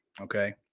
Okay